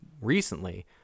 recently